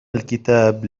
الكتاب